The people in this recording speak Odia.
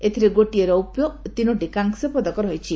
ଏଥିରେ ଗୋଟିଏ ରୌପ୍ୟ ଓ ତିନୋଟି କାଂସ୍ୟ ପଦକ ରହିଛି